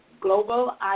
global